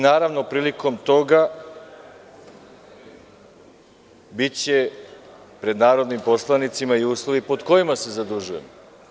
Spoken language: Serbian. Naravno, prilikom toga biće pred narodnim poslanicima i uslovi pod kojima se zadužujemo.